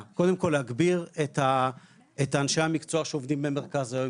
להגביר את אנשי המקצוע שעובדים במרכז היום.